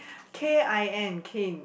K I N kin